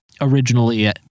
originally